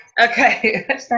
Okay